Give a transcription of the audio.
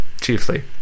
Chiefly